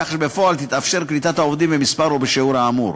כך שבפועל תתאפשר קליטת העובדים במספר או בשיעור האמור.